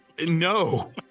no